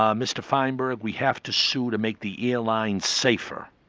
um mr feinberg, we have to sue to make the airlines safer.